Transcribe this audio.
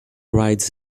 rides